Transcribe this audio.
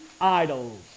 idols